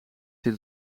zit